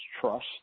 trust